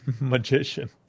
magician